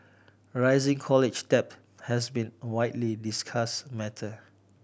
rising college debt has been a widely discuss matter